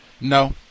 No